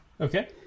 Okay